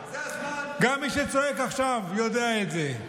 גם מי שצועק עכשיו יודע את זה.